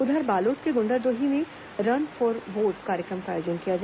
उधर बालोद के गुण्डरदेही में रन फॉर वोट कार्यक्रम का आयोजन किया गया